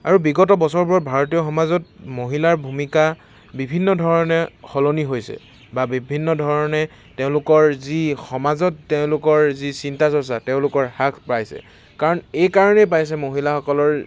আৰু বিগত বছৰবোৰত ভাৰতীয় সমাজত মহিলাৰ ভুমিকা বিভিন্ন ধৰণে সলনি হৈছে বা বিভিন্ন ধৰণে তেওঁলোকৰ যি সমাজত তেওঁলোকৰ যি চিন্তা চৰ্চা তেওঁলোকৰ হ্ৰাস পাইছে কাৰণ এইকাৰণেই পাইছে মহিলাসকলৰ